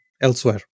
elsewhere